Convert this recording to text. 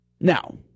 Now